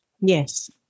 Yes